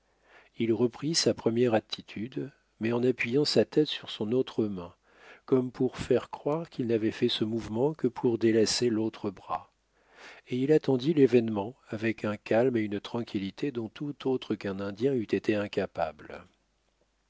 il reprit sa première attitude mais en appuyant sa tête sur son autre main comme pour faire croire qu'il n'avait fait ce mouvement que pour délasser l'autre bras et il attendit l'événement avec un calme et une tranquillité dont tout autre qu'un indien eût été incapable